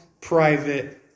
private